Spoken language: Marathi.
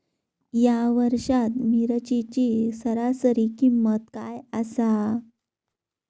या वर्षात मिरचीची सरासरी किंमत काय आसा?